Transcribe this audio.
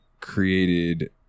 created